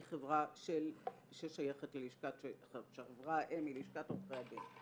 היא חברה שעברה מלשכת עורכי הדין,